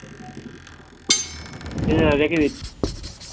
ঠিক আছে রেখে দিচ্ছি